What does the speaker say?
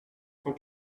cent